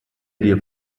dir